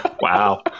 wow